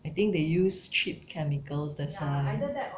I think they use cheap chemicals that's why